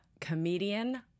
comedian